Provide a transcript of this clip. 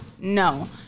No